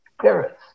Paris